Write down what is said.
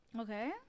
Okay